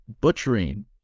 Butchering